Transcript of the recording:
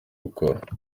gukora